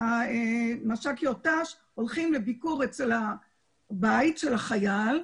שמש"קיות ת"ש הולכות לביקור בבית החייל,